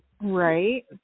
Right